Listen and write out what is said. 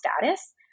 status